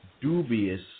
dubious